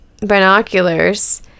binoculars